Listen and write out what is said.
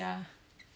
ya